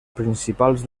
principals